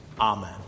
Amen